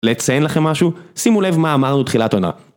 לציין לכם משהו, שימו לב מה אמרנו תחילת עונה.